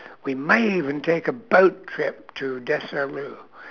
we may even take a boat trip to desaru